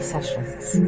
Sessions